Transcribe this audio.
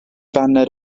baned